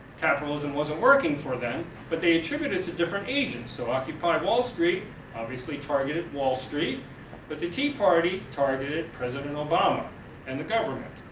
capitalism wasn't working for them but they attributed to different agents. so, occupy wall street obviously targeted wall street but the tea party targeted president obama and the government,